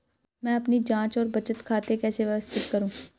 मैं अपनी जांच और बचत खाते कैसे व्यवस्थित करूँ?